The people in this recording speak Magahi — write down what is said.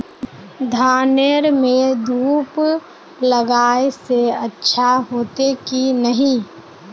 धानेर में धूप लगाए से अच्छा होते की नहीं?